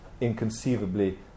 inconceivably